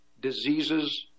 diseases